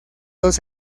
dos